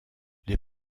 les